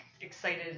excited